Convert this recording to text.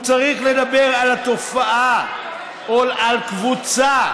הוא צריך לדבר על התופעה או על קבוצה,